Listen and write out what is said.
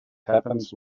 happens